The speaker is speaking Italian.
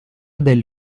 del